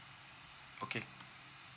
okay